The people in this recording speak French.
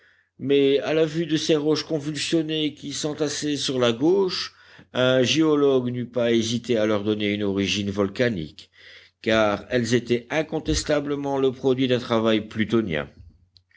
mais à la vue de ces roches convulsionnées qui s'entassaient sur la gauche un géologue n'eût pas hésité à leur donner une origine volcanique car elles étaient incontestablement le produit d'un travail plutonien